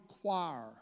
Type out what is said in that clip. Choir